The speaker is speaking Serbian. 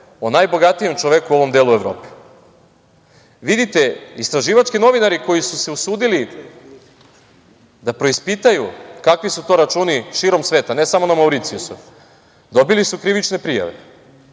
o najbogatijem čoveku u ovom delu Evrope. Vidite, istraživački novinari koji su se usudili da preispitaju kakvi su to računi širom sveta, ne samo na Mauricijusu, dobili su krivične prijave.